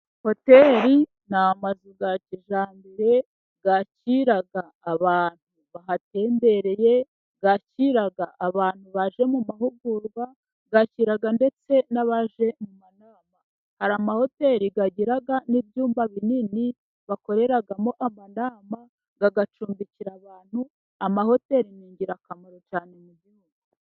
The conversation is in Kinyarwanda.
Hoteri ni amazu ya kijyambere yakiraga abantu bahatembereye, yakira abantu baje mu mahugurwa, yakira ndetse n'abaje mu manama. Hari amahoteri agira n'ibyumba binini bakoreragamo amanama. Agacumbikira abantu. Amahoteri ni ingirakamaro cyane mu gihugu.